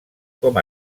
com